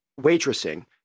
waitressing